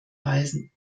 weisen